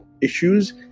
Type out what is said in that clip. issues